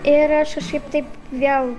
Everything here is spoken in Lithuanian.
ir aš kažkaip taip vėl